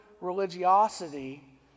religiosity